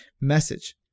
message